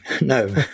no